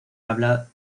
habla